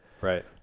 Right